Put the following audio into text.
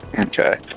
Okay